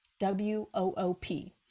W-O-O-P